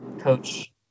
coach